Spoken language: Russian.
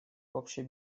общей